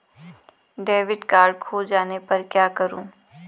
Debit card खो जाने पर क्या करूँ?